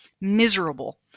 miserable